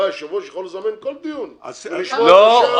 יכול לזמן כל דיון ולשמוע --- לא,